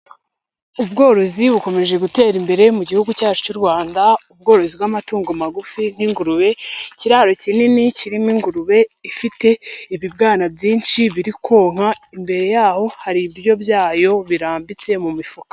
Ubworozi bukomeje gutera imbere mu Gihugu cyacu cy'u Rwanda, ubworozi bw'amatungo magufi nk'ingurube. Ikiraro kinini kirimo ingurube ifite ibibwana byinshi biri konka, imbere y'aho hari ibiryo byayo birambitse mu mifuka.